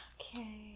Okay